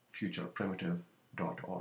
futureprimitive.org